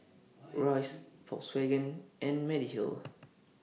Royce Volkswagen and Mediheal